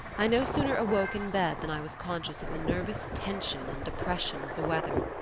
i no sooner awoke in bed than i was conscious of the nervous tension and depression of the weather,